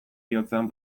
bihotzean